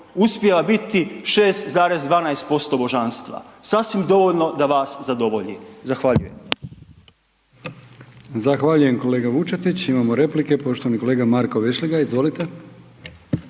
Uspijeva biti 6,12% božanstva, sasvim dovoljno da vas zadovolji. Zahvaljujem.